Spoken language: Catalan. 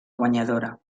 guanyadora